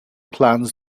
plans